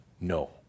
No